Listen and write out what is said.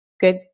good